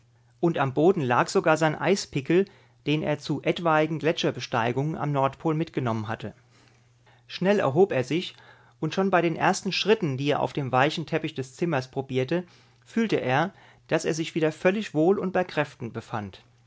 und am boden lag sogar sein eispickel den er zu etwaigen gletscherbesteigungen am nordpol mitgenommen hatte schnell erhob er sich und schon bei den ersten schritten die er auf dem weichen teppich des zimmers probierte fühlte er daß er sich wieder völlig wohl und bei kräften befand